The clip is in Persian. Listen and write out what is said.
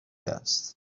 است